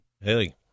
Hey